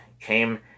came